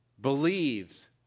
believes